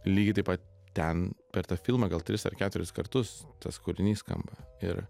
lygiai taip pat ten per tą filmą gal tris ar keturis kartus tas kūrinys skamba ir